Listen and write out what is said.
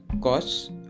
costs